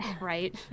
right